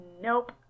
Nope